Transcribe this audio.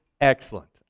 excellent